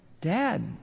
Dad